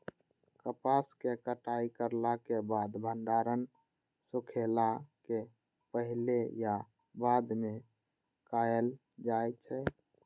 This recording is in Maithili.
कपास के कटाई करला के बाद भंडारण सुखेला के पहले या बाद में कायल जाय छै?